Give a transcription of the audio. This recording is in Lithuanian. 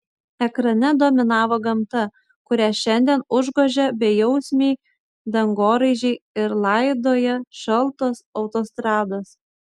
ekrane dominavo gamta kurią šiandien užgožia bejausmiai dangoraižiai ir laidoja šaltos autostrados